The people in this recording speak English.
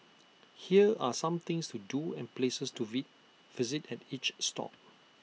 here are some things to do and places to V visit at each stop